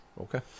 Okay